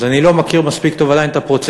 אז אני לא מכיר מספיק טוב עדיין את הפרוצדורה,